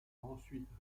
ensuite